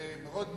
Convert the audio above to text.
זה מאוד מתון.